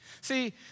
See